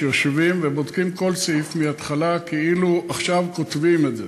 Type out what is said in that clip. שיושבים ובודקים כל סעיף מהתחלה כאילו עכשיו כותבים את זה,